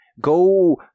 go